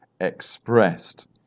expressed